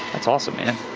that's awesome, man.